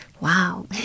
Wow